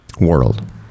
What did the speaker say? world